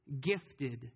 gifted